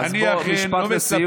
אז בוא, משפט לסיום.